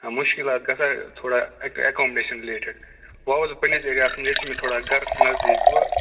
آ مُشکِلات گَژھان تھوڑا ایٚک ایٚکامڈیشَن رِلیٹِڈ وۅنۍ آس بہٕ پَنٕنِس ایریاہَس مَنٛز ییٚتہِ چھِ مےٚ تھوڑا گَرس نٔزدیٖک وۅنۍ